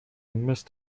missed